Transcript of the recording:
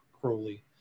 Crowley